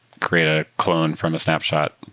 create a clone from a snapshot,